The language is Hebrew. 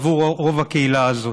עבור רוב הקהילה הזאת.